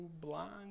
blind